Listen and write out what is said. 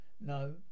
No